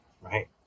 right